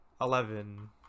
Eleven